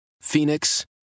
Phoenix